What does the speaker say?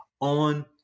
on